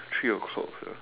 three o clock sia